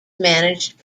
managed